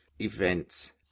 events